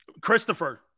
Christopher